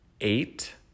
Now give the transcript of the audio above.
eight